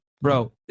bro